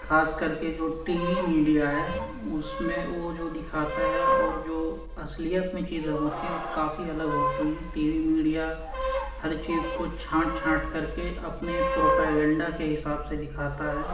خاص کرکے جو ٹی وی میڈیا ہے اس میں وہ جو دکھاتا ہے اور جو اصلیت میں چیزیں ہوتی ہیں وہ کافی الگ ہوتی ہیں ٹی وی میڈیا ہر چیز کو چھانٹ چھانٹ کرکے اپنے پروپیگنڈہ کے حساب سے دکھاتا ہے